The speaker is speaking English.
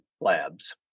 labs